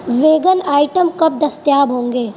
vegan item کب دستیاب ہوں گے